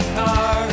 car